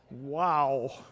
Wow